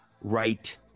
right